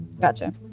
Gotcha